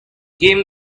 came